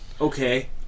okay